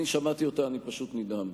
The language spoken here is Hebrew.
שמעתי אותה ופשוט נדהמתי.